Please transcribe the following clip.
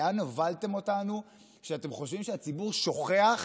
לאן הובלתם אותנו שאתם חושבים שהציבור שוכח